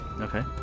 Okay